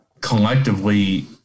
collectively